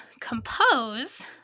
compose